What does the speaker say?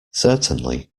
certainly